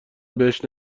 بهش